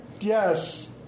Yes